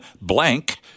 blank